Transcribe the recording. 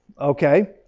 Okay